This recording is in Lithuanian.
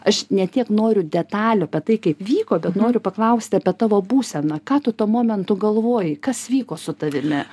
aš ne tiek noriu detalių apie tai kaip vyko bet noriu paklausti apie tavo būseną ką tu tuo momentu galvojai kas vyko su tavimi